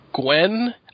Gwen